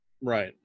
Right